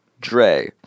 Dre